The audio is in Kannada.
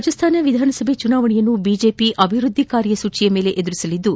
ರಾಜಸ್ತಾನ ವಿಧಾನಸಭಾ ಚುನಾವಣೆಯನ್ನು ಬಿಜೆಪಿ ಅಭಿವೃದ್ದಿ ಕಾರ್ಯಸೂಚಿಯ ಮೇಲೆ ಎದುರಿಸಲಿದ್ದು